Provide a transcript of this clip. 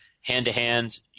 hand-to-hand